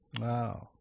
Wow